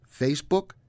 Facebook